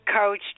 Coach